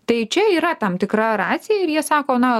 tai čia yra tam tikra racija ir jie sako na